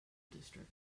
district